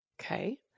Okay